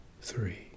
three